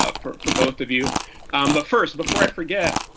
ah for for both of you. um but first, before i forget,